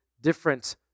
different